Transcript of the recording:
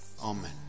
Amen